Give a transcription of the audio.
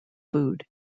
food